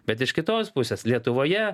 bet iš kitos pusės lietuvoje